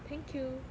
thank you